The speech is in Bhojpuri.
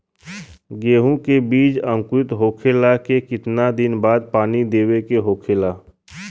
गेहूँ के बिज अंकुरित होखेला के कितना दिन बाद पानी देवे के होखेला?